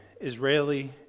Israeli